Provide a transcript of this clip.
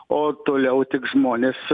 o toliau tik žmonės